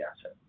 asset